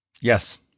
Yes